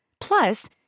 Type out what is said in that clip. Plus